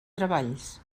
treballs